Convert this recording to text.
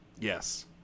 Yes